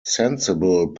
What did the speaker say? sensible